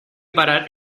parar